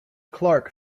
clark